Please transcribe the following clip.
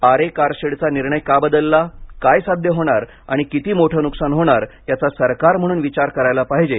आरे कारशेडचा निर्णय का बदलला काय साध्य होणार आणि किती मोठं नुकसान होणार याचा सरकार म्हणून विचार करायला पाहिजे